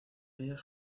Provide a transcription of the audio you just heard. ellas